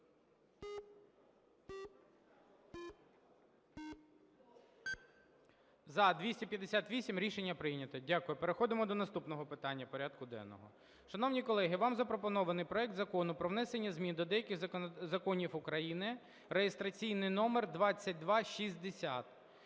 За – 258 Рішення прийнято. Дякую. Переходимо до наступного питання порядку денного. Шановні колеги, вам запропонований проект Закону про внесення змін до деяких законів України (реєстраційний номер 2260).